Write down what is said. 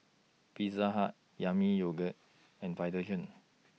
Pizza Hut Yami Yogurt and Vitagen